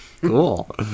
Cool